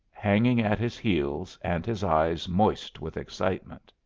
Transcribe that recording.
hanging at his heels and his eyes moist with excitement.